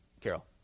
Carol